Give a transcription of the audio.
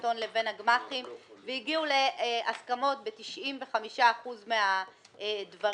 הון לבין הגמ"חים והגיעו להסכמות ב-95% מהדברים,